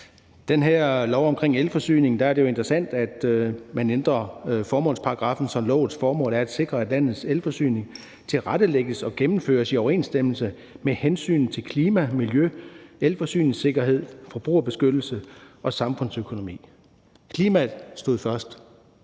af lov om elforsyning er jo, at man ændrer formålsparagraffen, sådan at lovens formål er at sikre, at landets elforsyning tilrettelægges og gennemføres i overensstemmelse med hensynet til klima, miljø, elforsyningssikkerhed, forbrugerbeskyttelse og samfundsøkonomi. Klima står først,